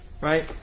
right